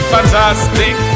Fantastic